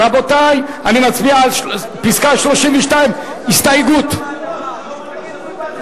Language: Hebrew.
רבותי, אני מצביע על הסתייגות 32. רבותי,